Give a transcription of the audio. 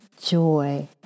joy